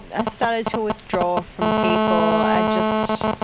i started to withdraw from people, i just